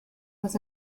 was